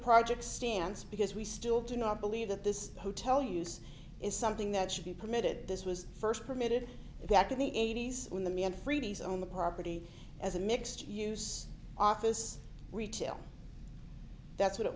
project stands because we still do not believe that this hotel use is something that should be permitted this was first permitted back in the eighty's when the me and freebies own the property as a mixed use office retail that's what it